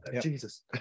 Jesus